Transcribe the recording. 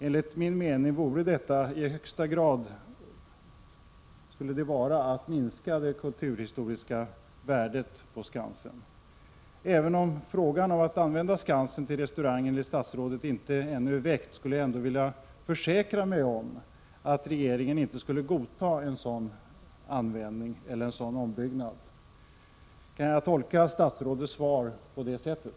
Enligt min uppfattning skulle det i högsta grad minska det kulturhistoriska värdet av skansen. Även om frågan om att använda skansen som restaurang enligt statsrådet ännu inte är väckt skulle jag vilja försäkra mig om att regeringen inte skulle godta en sådan användning eller en sådan ombyggnad. Kan jag tolka statsrådets svar på det sättet?